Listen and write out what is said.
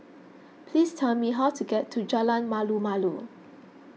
please tell me how to get to Jalan Malu Malu